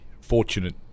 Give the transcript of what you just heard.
fortunate